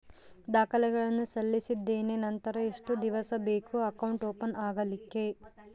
ದಾಖಲೆಗಳನ್ನು ಸಲ್ಲಿಸಿದ್ದೇನೆ ನಂತರ ಎಷ್ಟು ದಿವಸ ಬೇಕು ಅಕೌಂಟ್ ಓಪನ್ ಆಗಲಿಕ್ಕೆ?